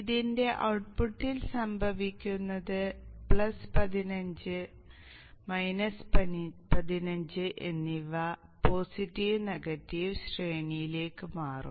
ഇതിന്റെ ഔട്ട്പുട്ടിൽ സംഭവിക്കുന്നത് 15 15 എന്നിവ പോസിറ്റീവ് നെഗറ്റീവ് ശ്രേണിയിലേക്ക് മാറും